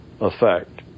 effect